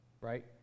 Right